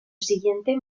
siguiente